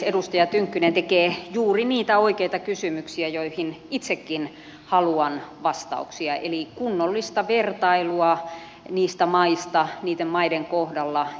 edustaja tynkkynen tekee juuri niitä oikeita kysymyksiä joihin itsekin haluan vastauksia eli kunnollista vertailua niistä maista niiden maiden kohdalla